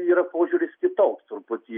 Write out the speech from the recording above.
yra požiūris kitoks truputį